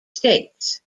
states